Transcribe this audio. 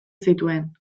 zituen